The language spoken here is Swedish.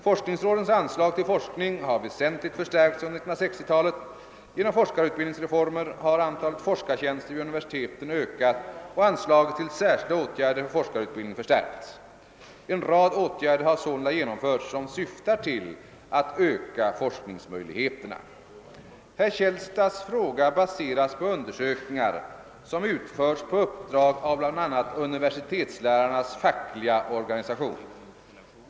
Forskningsrådens anslag till forskning har väsentligt förstärkts under 1960-talet. Genom forskarutbildningsreformen har antalet forskartjänster vid universiteten ökat och anslaget till särskilda åtgärder för forskarutbildning förstärkts. En rad åtgärder har sålunda genomförts som syftar till att öka forsknings möjligheterna. Herr Källstads fråga baseras på undersökningar som utförts på uppdrag av bl.a. universitetslärarnas fackliga organisation.